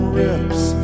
rips